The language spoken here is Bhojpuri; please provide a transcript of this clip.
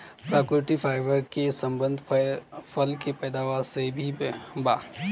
प्राकृतिक फाइबर के संबंध फल के पैदावार से भी बा